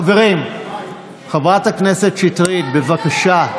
חברים, חברת הכנסת שטרית, בבקשה.